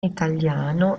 italiano